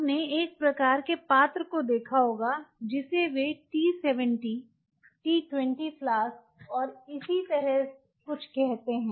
आपने एक प्रकार के पात्र को देखा होगा जिसे वे T 70 T 20 फ्लास्क और इसी तरह कुछ कहते हैं